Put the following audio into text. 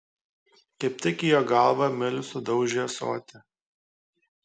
kaip tik į jo galvą emilis sudaužė ąsotį